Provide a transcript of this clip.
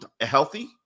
Healthy